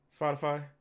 Spotify